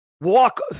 walk